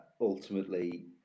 ultimately